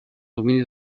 domini